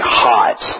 hot